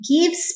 gives